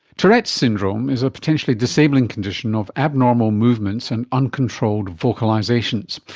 tourette's syndrome is a potentially disabling condition of abnormal movements and uncontrolled vocalisations.